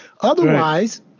Otherwise